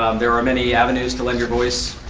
there are many avenues to lend your voice.